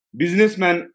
businessman